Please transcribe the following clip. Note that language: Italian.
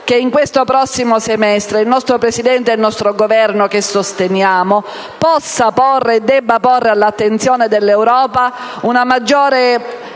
che in questo prossimo semestre il nostro Presidente e il Governo che sosteniamo debbano porre all'attenzione dell'Europa un maggiore